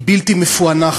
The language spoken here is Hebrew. היא בלתי מפוענחת.